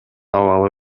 абалы